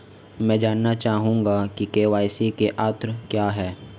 मैं जानना चाहूंगा कि के.वाई.सी का अर्थ क्या है?